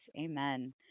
amen